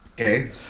Okay